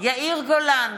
יאיר גולן,